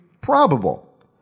probable